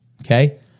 Okay